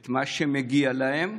את מה שמגיע להם,